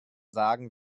sagen